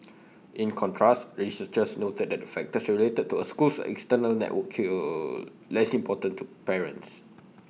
in contrast researchers noted that factors related to A school's external network were less important to parents